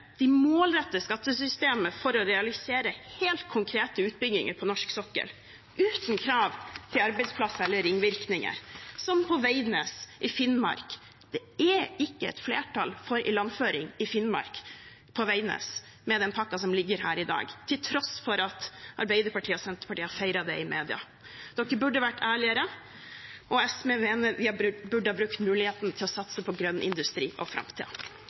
De målretter skattesystemet for å realisere helt konkrete utbygginger på norsk sokkel, uten krav til arbeidsplasser eller ringvirkninger, som på Veidnes i Finnmark – det er ikke flertall for ilandføring i Finnmark, på Veidnes, med den pakken som ligger her i dag, til tross for at Arbeiderpartiet og Senterpartiet har feiret det i media. De burde vært ærligere, og SV mener vi burde ha brukt muligheten til å satse på grønn industri og